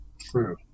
True